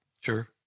Sure